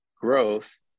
growth